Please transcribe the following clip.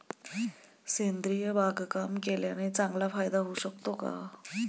सेंद्रिय बागकाम केल्याने चांगला फायदा होऊ शकतो का?